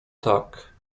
tak